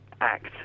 act